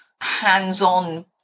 hands-on